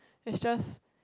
it's just